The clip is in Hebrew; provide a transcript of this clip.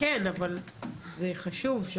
כן, אבל זה חשוב,